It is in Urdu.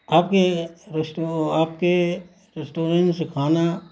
آپ کے آپ کے ریسٹورنٹ سے کھانا